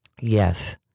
Yes